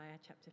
chapter